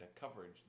coverage